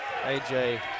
AJ